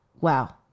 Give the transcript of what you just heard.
Wow